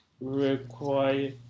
Require